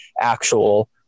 actual